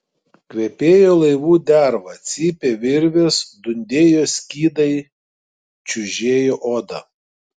kvepėjo laivų derva cypė virvės dundėjo skydai čiužėjo oda